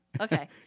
Okay